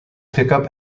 pickup